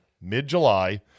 mid-July